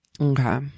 Okay